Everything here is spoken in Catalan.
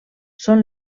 són